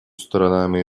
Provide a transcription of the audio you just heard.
сторонами